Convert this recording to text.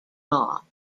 law